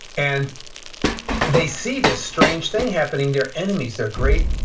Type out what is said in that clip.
and they see this strange thing happening. their enemies, their great,